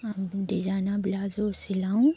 ডিজাইনৰ ব্লাউজো চিলাওঁ